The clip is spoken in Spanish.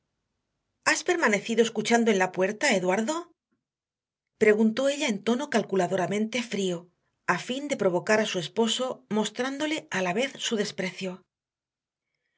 has permanecido escuchando en la puerta eduardo preguntó ella en tono calculadoramente frío a fin de provocar a su esposo mostrándole a la vez su desprecio